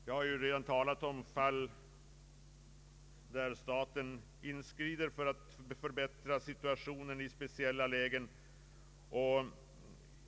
Jag har redan talat om fall där staten har inskridit för att förbättra situationen i speciella lägen.